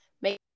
make